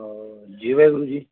ਜਿਵੇਂ ਗੁਰੂ ਜੀ